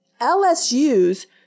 LSU's